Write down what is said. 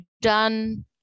done